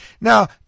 Now